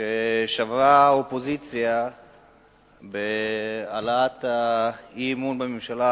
ששברה האופוזיציה בהעלאת האי-אמון בממשלה